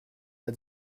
pas